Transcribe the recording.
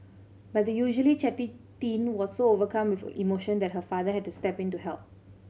but the usually chatty teen was so overcome with a emotion that her father had to step in to help